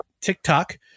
TikTok